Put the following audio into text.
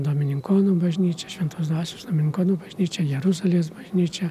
dominikonų bažnyčia šventos dvasios dominikonų bažnyčia jeruzalės bažnyčia